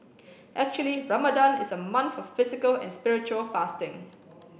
actually Ramadan is a month of physical and spiritual fasting